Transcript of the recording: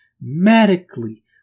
Medically